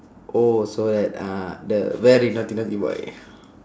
oh so that uh the very naughty naughty boy